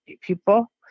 people